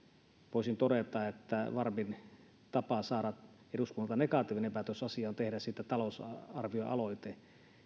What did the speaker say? voisin todeta että varmin tapa saada eduskunnalta negatiivinen päätös asiaan on tehdä siitä talousarvioaloite